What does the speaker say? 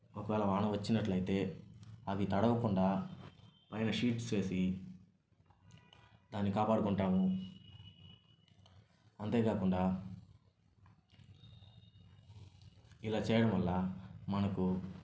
ఒకవేళ వాన వచ్చినట్లయితే అవి తడవకుండా పైన షీట్స్ వేసి దాన్ని కాపాడుకుంటాము అంతేకాకుండా ఇలా చేయడం వల్ల మనకు